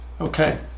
Okay